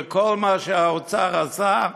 וכל מה שהאוצר עשה,